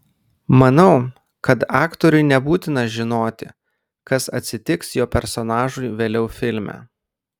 manau kad aktoriui nebūtina žinoti kas atsitiks jo personažui vėliau filme